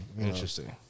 Interesting